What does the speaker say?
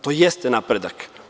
To jeste napredak.